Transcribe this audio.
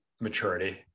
maturity